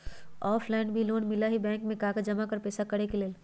Offline भी loan मिलहई bank में कागज जमाकर पेशा करेके लेल?